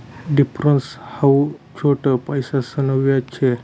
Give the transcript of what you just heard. difference हाऊ छोट पैसासन व्याज शे